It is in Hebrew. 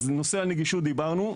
אז בנושא הנגישות דיברנו,